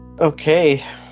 Okay